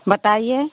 बताइए